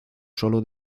solo